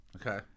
Okay